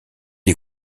est